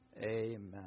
Amen